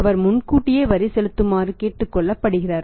அவர் முன்கூட்டியே வரி செலுத்துமாறு கேட்டுக் கொள்ளப்படுகிறார்